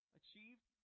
achieved